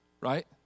right